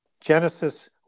Genesis